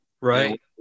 Right